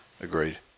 Agreed